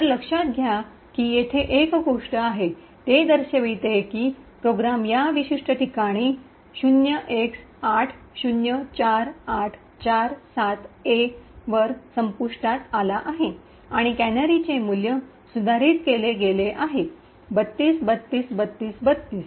तर लक्षात घ्या की येथे एक गोष्ट आहे हे दर्शविते की प्रोग्राम या विशिष्ट ठिकाणी 0x804847A वर संपुष्टात आला आहे आणि कॅनरीचे मूल्य सुधारित केले गेले आहे 32 32 32 32